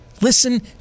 Listen